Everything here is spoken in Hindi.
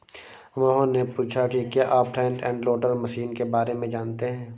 मोहन ने पूछा कि क्या आप फ्रंट एंड लोडर मशीन के बारे में जानते हैं?